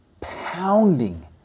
pounding